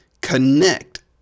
connect